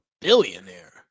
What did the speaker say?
billionaire